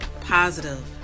positive